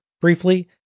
briefly